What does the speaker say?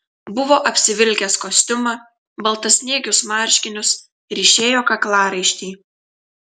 buvo apsivilkęs kostiumą baltasniegius marškinius ryšėjo kaklaraištį